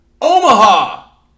Omaha